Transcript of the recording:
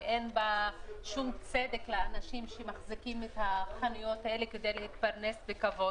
ואין בה שום צדק לאנשים שמחזיקים את החנויות האלה כדי להתפרנס בכבוד.